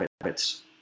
habits